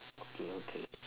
okay okay